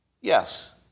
Yes